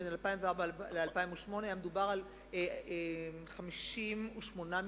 בין 2004 ל-2008 היה מדובר על 58 מיליון.